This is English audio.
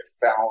found